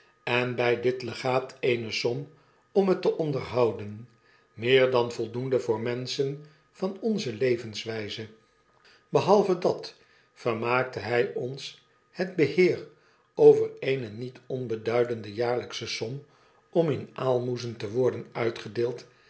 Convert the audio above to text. en by dit legaat eene som om het te onderhouden meer dan voldoende voor menschen van onze levenswyze behalve dat vermaakte hij ons het beheer over eene niet onbeduidende jaarlyksche som om in aalmoezen te worden uitgedeeld